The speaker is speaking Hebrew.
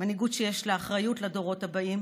מנהיגות שיש לה אחריות לדורות הבאים,